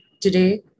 today